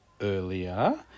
earlier